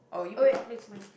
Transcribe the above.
okay no it's mine